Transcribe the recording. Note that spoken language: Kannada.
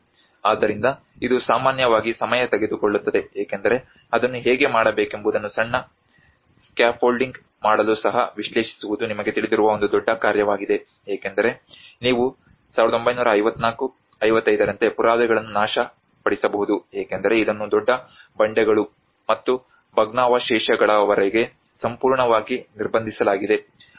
ಆದ್ದರಿಂದ ಇದು ಸಾಮಾನ್ಯವಾಗಿ ಸಮಯ ತೆಗೆದುಕೊಳ್ಳುತ್ತದೆ ಏಕೆಂದರೆ ಅದನ್ನು ಹೇಗೆ ಮಾಡಬೇಕೆಂಬುದನ್ನು ಸಣ್ಣ ಸ್ಕ್ಯಾಫೋಲ್ಡಿಂಗ್ ಮಾಡಲು ಸಹ ವಿಶ್ಲೇಷಿಸುವುದು ನಿಮಗೆ ತಿಳಿದಿರುವ ಒಂದು ದೊಡ್ಡ ಕಾರ್ಯವಾಗಿದೆ ಏಕೆಂದರೆ ನೀವು 1954 55ರಂತೆ ಪುರಾವೆಗಳನ್ನು ನಾಶಪಡಿಸಬಹುದು ಏಕೆಂದರೆ ಇದನ್ನು ದೊಡ್ಡ ಬಂಡೆಗಳು ಮತ್ತು ಭಗ್ನಾವಶೇಷಗಳವರೆಗೆ ಸಂಪೂರ್ಣವಾಗಿ ನಿರ್ಬಂಧಿಸಲಾಗಿದೆ